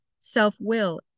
self-will